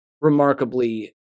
Remarkably